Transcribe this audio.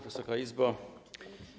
Wysoka Izbo!